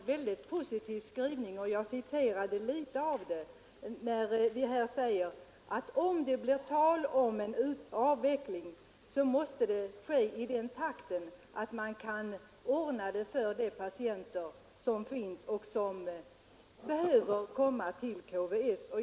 Jag skall inte trötta kammaren med att läsa ur betänkandet, men utskottet säger där att om det blir tal om en avveckling så måste den ske i sådan takt att man kan ordna det för de patienter som finns eller behöver komma till KVS.